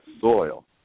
soil